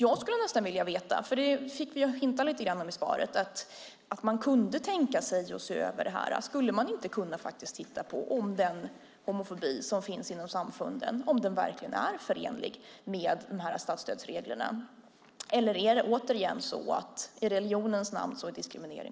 I svaret antyddes att man kunde tänka sig att se över detta. Skulle man inte kunna titta på om den homofobi som finns inom samfunden verkligen är förenlig med statsstödsreglerna? Eller är diskriminering okej i religionens namn?